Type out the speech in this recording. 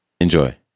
Enjoy